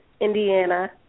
Indiana